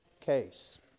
case